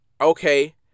okay